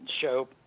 show –